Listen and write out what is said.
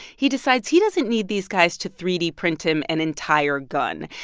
he decides he doesn't need these guys to three d print him an entire gun.